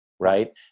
right